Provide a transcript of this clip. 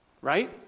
Right